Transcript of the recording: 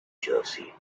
jersey